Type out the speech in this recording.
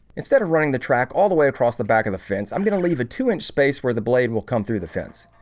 instead of running the track all the way across the back of the fence i'm gonna leave a two inch space where the blade will come through the fence.